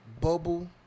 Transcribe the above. bubble